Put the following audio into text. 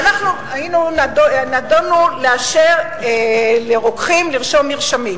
ואנחנו נידונו לאשר לרוקחים לרשום מרשמים,